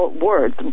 words